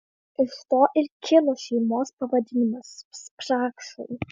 iš to ir kilo šeimos pavadinimas spragšiai